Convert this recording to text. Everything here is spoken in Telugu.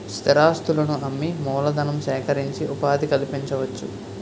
స్థిరాస్తులను అమ్మి మూలధనం సేకరించి ఉపాధి కల్పించవచ్చు